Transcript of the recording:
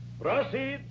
Proceed